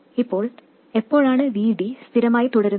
ഇപ്പോൾ എപ്പോഴാണ് VD സ്ഥിരമായി തുടരുന്നത്